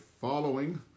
following